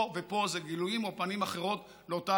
פה זה גילויים או פנים אחרות של אותה